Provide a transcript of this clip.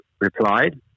replied